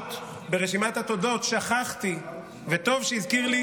להודות ברשימת התודות, שכחתי וטוב שהזכיר לי,